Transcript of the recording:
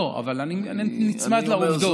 לא, אבל אני נצמד לעובדות.